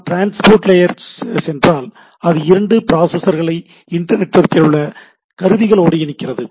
நாம் transport layer சென்றால் அது இரண்டு ப்ராசஸ்களை இன்டர் நெட்வொர்க்கில் உள்ள கருவிகளோடு இணைக்கிறது